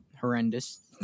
horrendous